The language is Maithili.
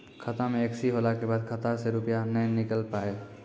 खाता मे एकशी होला के बाद खाता से रुपिया ने निकल पाए?